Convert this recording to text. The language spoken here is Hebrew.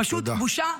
פשוט בושה.